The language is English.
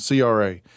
CRA